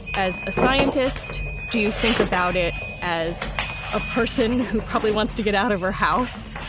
as a scientist, do you think about it as a person who probably wants to get out of her house?